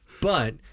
But-